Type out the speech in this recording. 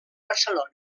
barcelona